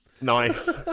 Nice